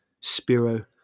Spiro